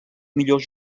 millors